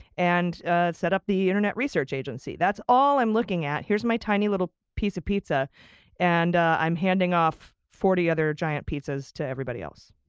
and set up the internet research agency. that's all i'm looking at. here's my tiny little piece of pizza and i'm handing off forty other giant pizzas to everybody else.